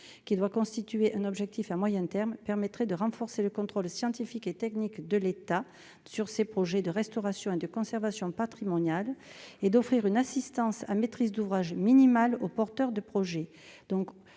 qui doit constituer un objectif à moyen terme, permettrait de renforcer le contrôle scientifique et technique de l'État sur ses projets de restauration et de conservation patrimoniale et d'offrir une assistance à maîtrise d'ouvrage minimale aux porteurs de projet,